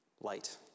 light